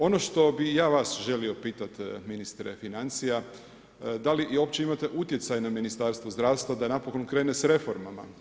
Ono što bih ja vas želio pitati ministre financija, da li i uopće imate utjecaj na Ministarstva da napokon krene sa reformama.